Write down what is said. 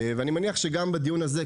ואני מניח שגם בדיון הזה,